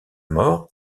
mort